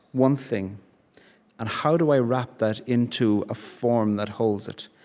one thing and how do i wrap that into a form that holds it,